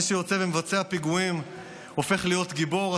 מי שיוצא ומבצע פיגועים הופך להיות גיבור.